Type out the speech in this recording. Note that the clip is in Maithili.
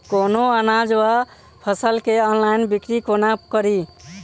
कोनों अनाज वा फसल केँ ऑनलाइन बिक्री कोना कड़ी?